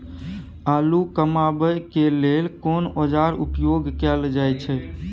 आलू कमाबै के लेल कोन औाजार उपयोग कैल जाय छै?